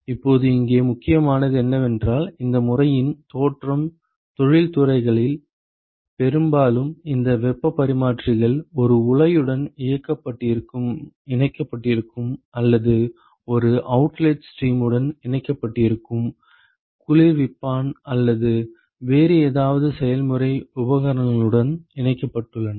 இப்போது இங்கே முக்கியமானது என்னவென்றால் இந்த முறையின் தோற்றம் தொழில்துறைகளில் பெரும்பாலும் இந்த வெப்பப் பரிமாற்றிகள் ஒரு உலையுடன் இணைக்கப்பட்டிருக்கும் அல்லது ஒரு அவுட்லெட் ஸ்ட்ரீமுடன் இணைக்கப்பட்டிருக்கும் குளிர்விப்பான் அல்லது வேறு ஏதாவது செயல்முறை உபகரணங்களுடன் இணைக்கப்பட்டுள்ளன